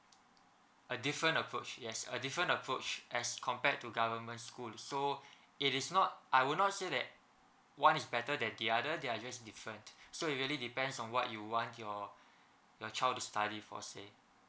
a different approach yes a different approach as compared to government school so it is not I would not say that one is better than the other they are just different so it really depends on what you want your your child to study for say